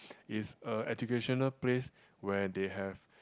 is a educational place where they have